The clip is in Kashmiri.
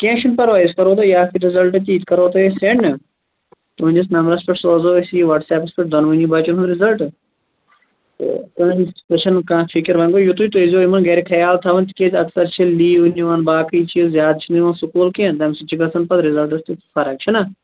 کیٚنٛہہ چھُنہٕ پرواے أسۍ کرو تۄہہِ یہِ اَکھ رِزَلٹہٕ یہِ تہِ کرہو تۄہہِ أسۍ سیٚنٛڈ نا تُہٕنٛدِس نمبرَس پیٚٹھ سوزو أسۍ یہِ واٹس ایٚپس پیٚٹھ دۄنوٕنی بَچَن ہُنٛد رِزلٹہٕ تہٕ تُہٕنٛدِ تۅہہِ چھَنہٕ کانٛہہ فِکر وۅنۍ گوٚو یِتھُے تُہۍ ٲسۍ زیٚو یِمَن گرِ خیال تھاوان تِکیٛازِ اکثر چھِ لیٖو نِوان باقٕے چیٖز یا تہِ چھِنہٕ یِوان سکوٗل کیٚنٛہہ تَمہِ سۭتۍ چھِ گَژھان پتہٕ رِزَلٹٕس تہِ فرق چھِ نا